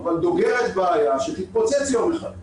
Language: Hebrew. אבל דוגרת בעיה שתתפוצץ יום אחד,